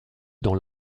dans